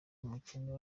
umukene